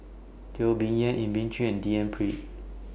Teo Bee Yen Elim Chew and D N Pritt